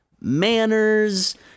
manners